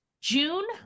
June